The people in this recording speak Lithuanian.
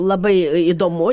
labai įdomu